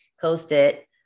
post-it